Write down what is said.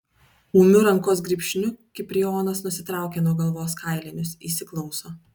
ūmiu rankos grybšniu kiprijonas nusitraukia nuo galvos kailinius įsiklauso